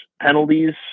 penalties